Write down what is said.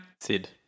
Sid